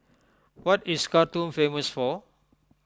what is Khartoum famous for